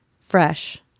Fresh